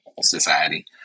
society